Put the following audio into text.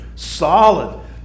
Solid